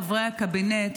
חברי הקבינט,